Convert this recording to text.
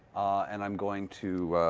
and i'm going to